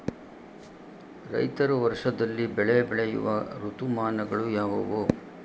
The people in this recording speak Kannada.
ರೈತರು ವರ್ಷದಲ್ಲಿ ಬೆಳೆ ಬೆಳೆಯುವ ಋತುಮಾನಗಳು ಯಾವುವು?